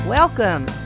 Welcome